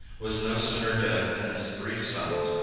was no sooner dead, than his three sons,